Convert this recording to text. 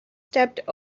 stepped